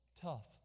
tough